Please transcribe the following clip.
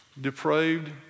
depraved